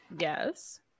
Yes